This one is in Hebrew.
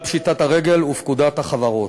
ופקודת החברות.